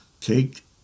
Take